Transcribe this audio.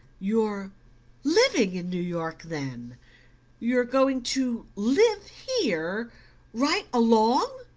you're living in new york, then you're going to live here right along?